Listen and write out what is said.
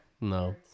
No